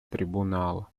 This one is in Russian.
трибунала